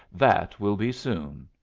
that will be soon.